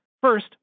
First